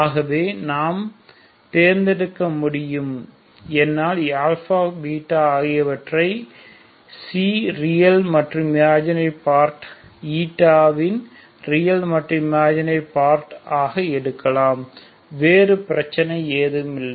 ஆகவே நாம் தேர்ந்தெடுக்க முடியும் என்னால் ஆகியவற்றை ரியல் மற்றும் இமாஜினரி பார்ட் இன் ரியல் மற்றும் இமாஜினரி பார்ட் ஆக எடுக்கலாம் வேறு பிரச்சினை எதும் இல்லை